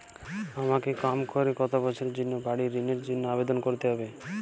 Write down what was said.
আমাকে কম করে কতো বছরের জন্য বাড়ীর ঋণের জন্য আবেদন করতে হবে?